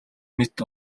мэт